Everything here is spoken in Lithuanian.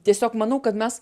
tiesiog manau kad mes